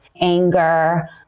anger